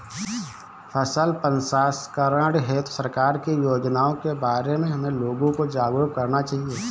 फसल प्रसंस्करण हेतु सरकार की योजनाओं के बारे में हमें लोगों को जागरूक करना चाहिए